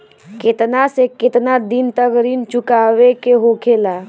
केतना से केतना दिन तक ऋण चुकावे के होखेला?